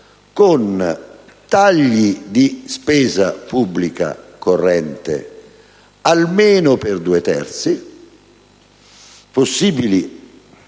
con tagli di spesa pubblica corrente, almeno per due terzi, con possibili